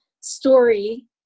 story